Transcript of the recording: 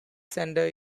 centre